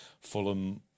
Fulham